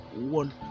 one